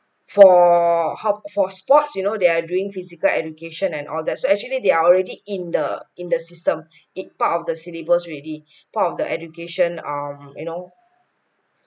for hub for sports you know they're doing physical education and all that so actually they are already in the in the system it part of the syllabus already part of the education um you know